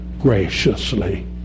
graciously